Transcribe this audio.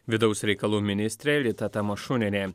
vidaus reikalų ministrė rita tamašunienė